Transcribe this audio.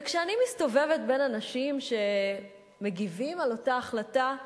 וכשאני מסתובבת בין אנשים שמגיבים על אותה החלטה,